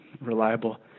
reliable